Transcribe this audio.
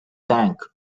tank